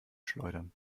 schleudern